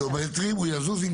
אם התוואי יזוז קילומטרים,